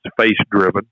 face-driven